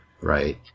right